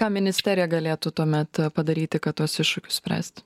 ką ministerija galėtų tuomet padaryti kad tuos iššūkius spręst